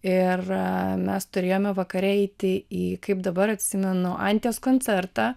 ir mes turėjome vakare eiti į kaip dabar atsimenu anties koncertą